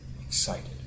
excited